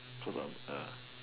cause I'm ya